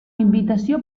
invitació